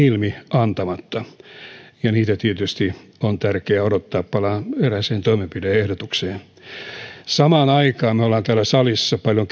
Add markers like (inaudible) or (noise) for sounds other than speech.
antamatta niin kuin on käynyt ilmi niitä tietysti on tärkeää odottaa palaan erääseen toimenpide ehdotukseen samaan aikaan me olemme täällä salissa paljon (unintelligible)